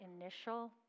initial